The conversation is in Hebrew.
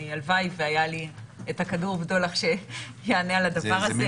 הלוואי שהיה לי את כדור הבדולח שיענה על הדבר הזה.